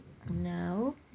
no